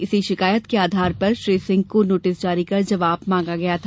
इसी शिकायत के आधार पर श्री सिंह को नोटिस जारी कर जवाब मांगा गया था